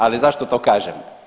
Ali zašto to kažem?